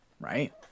right